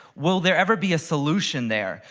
will there ever be a solution there?